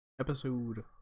episode